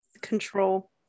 control